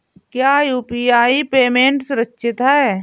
क्या UPI payment सुरक्षित है?